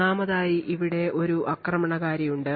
ഒന്നാമതായി ഇവിടെ ഒരു ആക്രമണകാരി ഉണ്ട്